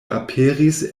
aperis